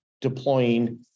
deploying